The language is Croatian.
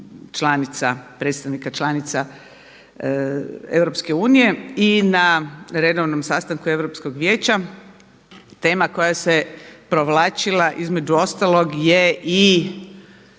predstavnika članica EU. I na redovnom sastanku Europskog vijeća tema koja se provlačila između ostalog je i